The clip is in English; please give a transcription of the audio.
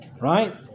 right